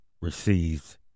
receives